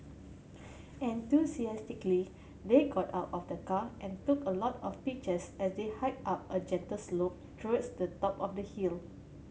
enthusiastically they got out of the car and took a lot of pictures as they hiked up a gentle slope towards the top of the hill